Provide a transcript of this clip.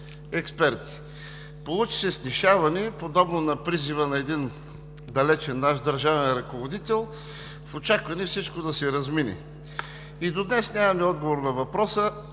експерти. Получи се снишаване, подобно на призива на един далечен наш държавен ръководител, в очакване всичко да се размине. И до днес нямаме отговор на въпроса: